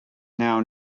now